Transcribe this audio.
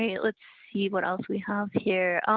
yeah like yeah what else we have here. um,